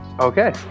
okay